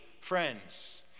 friends